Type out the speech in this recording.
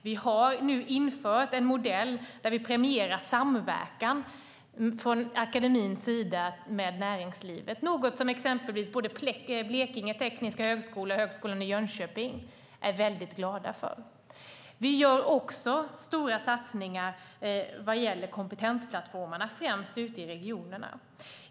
Vi har infört en modell där vi premierar samverkan mellan akademin och näringslivet, vilket exempelvis Blekinge Tekniska Högskola och Högskolan i Jönköping är mycket glada för. Dessutom gör vi stora satsningar vad gäller kompetensplattformarna, främst ute i regionerna.